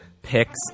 picks